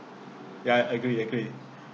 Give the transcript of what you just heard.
ya I agree agree